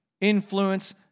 influence